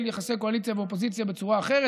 יחסי קואליציה ואופוזיציה בצורה אחרת.